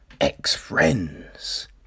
ex-friends